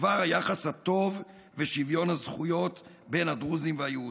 בדבר היחס הטוב ושוויון הזכויות בין הדרוזים והיהודים.